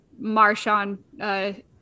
Marshawn